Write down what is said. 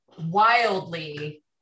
wildly